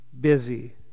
busy